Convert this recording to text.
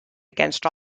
against